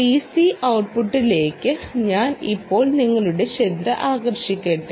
DC ഔട്ട്പുട്ടിലേക്ക് ഞാൻ ഇപ്പോൾ നിങ്ങളുടെ ശ്രദ്ധ ആകർഷിക്കട്ടെ